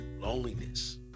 loneliness